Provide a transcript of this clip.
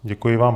Děkuji vám.